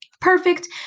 perfect